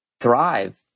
thrive